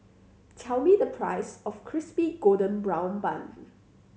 tell me the price of Crispy Golden Brown Bun